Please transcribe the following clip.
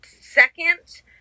second